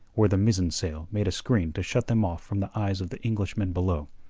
where the mizzen sail made a screen to shut them off from the eyes of the englishmen below.